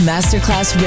Masterclass